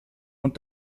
und